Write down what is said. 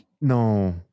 No